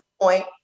point